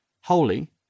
holy